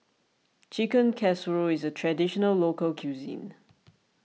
Chicken Casserole is a Traditional Local Cuisine